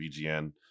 BGN